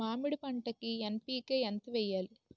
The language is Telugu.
మామిడి పంటకి ఎన్.పీ.కే ఎంత వెయ్యాలి?